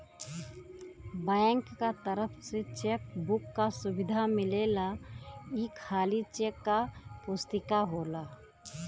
bank क तरफ से चेक बुक क सुविधा मिलेला ई खाली चेक क पुस्तिका होला